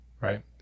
right